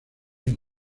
une